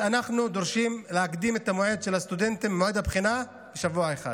אנחנו דורשים להקדים את מועד הבחינה של הסטודנטים בשבוע אחד.